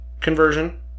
conversion